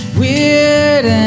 weird